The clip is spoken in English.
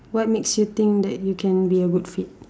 what makes you think that you can be a good fit